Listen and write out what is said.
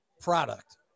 product